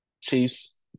Chiefs